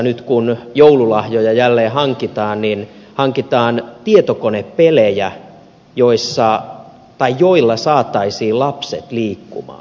nyt kun joululahjoja jälleen hankitaan niin hankitaan tietokonepelejä joilla saataisiin lapset liikkumaan